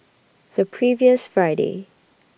The previous Friday